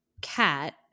cat